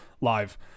live